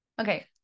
Okay